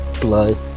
Blood